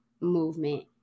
movement